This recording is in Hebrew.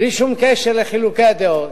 בלי שום קשר לחילוקי הדעות.